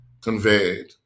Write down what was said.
conveyed